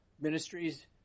ministries